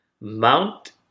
Mount